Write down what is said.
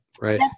right